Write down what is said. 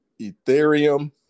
Ethereum